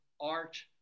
art